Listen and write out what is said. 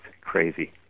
crazy